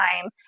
time